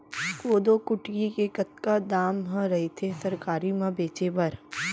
कोदो कुटकी के कतका दाम ह रइथे सरकारी म बेचे बर?